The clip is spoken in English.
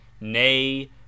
nay